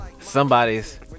somebody's